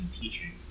teaching